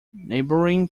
neighbouring